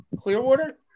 Clearwater